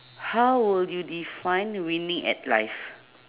how will you define winning at life